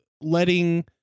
letting